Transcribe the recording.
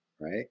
right